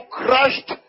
crushed